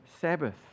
Sabbath